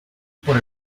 por